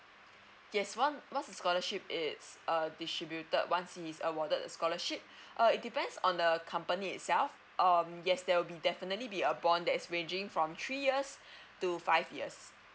yes one once the scholarship is err distributed once he is awarded the scholarship err it depends on the company itself um yes there will be definitely be a bond that's ranging from three years to five years